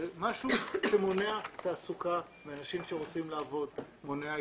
זה משהו שמונע תעסוקה מאנשים שרוצים לעבוד ומונע התקדמות.